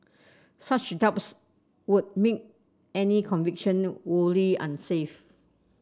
such doubts would make any conviction wholly unsafe